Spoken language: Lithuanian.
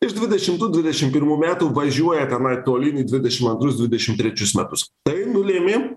iš dvidešimtų dvidešim pirmų metų važiuoja tenai tolyn į dvidešim antrus dvidešim trečius metus tai nulėmė